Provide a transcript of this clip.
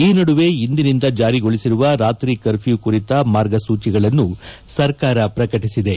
ಈ ನಡುವೆ ಇಂದಿನಿಂದ ಜಾರಿಗೊಳಿಸಿರುವ ರಾತ್ರಿ ಕರ್ಪ್ಯೂ ಕುರಿತ ಮಾರ್ಗಸೂಚಿಗಳನ್ನು ಸರ್ಕಾರ ಪ್ರಕಟಿಸಿದೆ